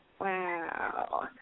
Wow